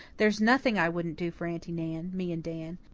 there's nothing i wouldn't do for aunty nan me and dan.